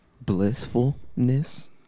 Blissfulness